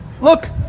Look